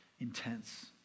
intense